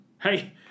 Hey